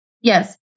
Yes